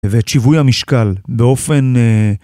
ואת שיווי המשקל באופן...